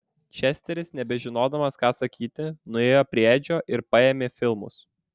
česteris nebežinodamas ką sakyti nuėjo prie edžio ir paėmė filmus